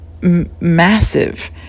massive